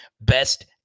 best